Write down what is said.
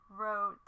wrote